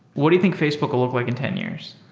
what do you think facebook will look like in ten years?